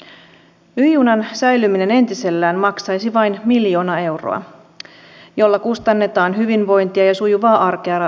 y junan säilyminen entisellään maksaisi vain miljoona euroa jolla kustannetaan hyvinvointia ja sujuvaa arkea radan varteen